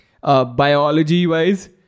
Biology-wise